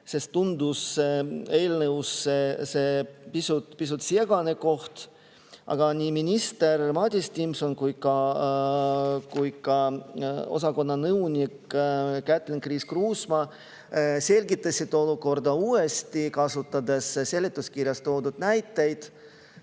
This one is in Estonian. see tundus eelnõus pisut segane koht. Nii minister Madis Timpson kui ka osakonna nõunik Kätlin-Chris Kruusmaa selgitasid olukorda uuesti, kasutades seletuskirjas toodud näiteid.